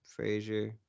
Frasier